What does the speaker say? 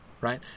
right